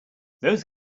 those